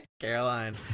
caroline